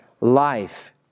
life